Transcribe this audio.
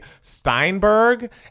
Steinberg